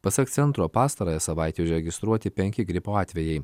pasak centro pastarąją savaitę užregistruoti penki gripo atvejai